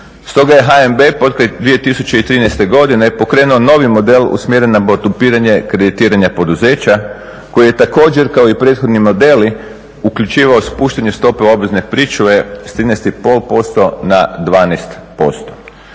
Stoga je HNB potkraj 2013.godine pokrenuo novi model usmjeren na podupiranja kreditiranja poduzeća koji je također kao i prethodni modeli uključivao spuštanje obvezne pričuve s 13,5% na 12%.